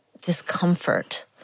discomfort